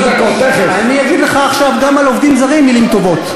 אני אזמין אותך כדי שתגיד את הדברים